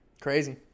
Crazy